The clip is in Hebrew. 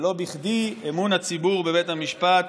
ולא בכדי אמון הציבור בבית המשפט